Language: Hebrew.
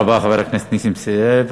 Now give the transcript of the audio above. תודה רבה, חבר הכנסת נסים זאב.